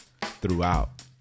throughout